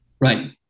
Right